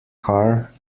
car